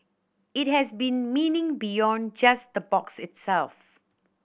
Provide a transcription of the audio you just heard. it has been meaning beyond just the box itself